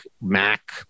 Mac